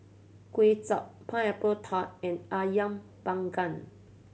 Kway Chap Pineapple Tart and Ayam Panggang